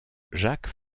jacques